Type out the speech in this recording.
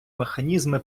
механізми